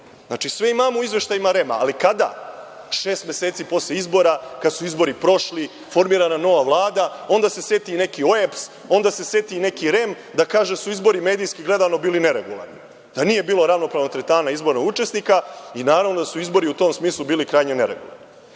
Dakle, sve imamo u izveštajima REM-a, ali kada? Šest meseci posle izbora, kada su izbori prošli, formirana nova Vlada, onda se seti neki OEBS, onda se seti neki REM da kaže da su izbori medijski gledano bili neregularni, da nije bilo ravnopravnog tretmana učesnika na izborima i naravno da su izbori u tom smislu bili krajnje neregularni. Dakle,